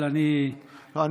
אבל אני מעדיף,